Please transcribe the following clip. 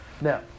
now